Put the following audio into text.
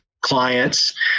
clients